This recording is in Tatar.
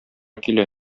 килә